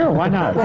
and why not?